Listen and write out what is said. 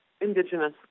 indigenous